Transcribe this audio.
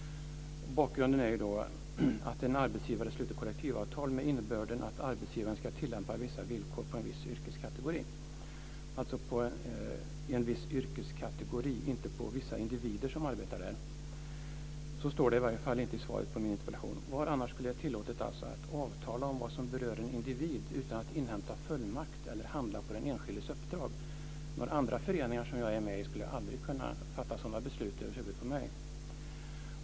Bakgrunden är att en arbetsgivare sluter kollektivavtal med innebörden att arbetsgivaren ska tillämpa vissa villkor på en viss yrkeskategori. Det gäller alltså en viss yrkeskategori och inte individer som arbetar där. Så står det i varje fall inte i svaret på min interpellation. Var annars är det tillåtet att avtala om vad som berör en individ utan att inhämta fullmakt eller handla på den enskildes uppdrag? Andra föreningar som jag är med i skulle aldrig kunna fatta sådana beslut över huvudet på mig.